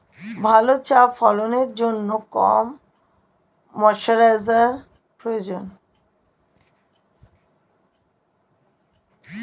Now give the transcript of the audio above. ভালো চা ফলনের জন্য কেরম ময়স্চার প্রয়োজন?